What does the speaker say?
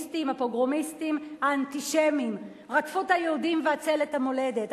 הפוגרומיסטים האנטישמים רדפו את היהודים כדי להציל את המולדת.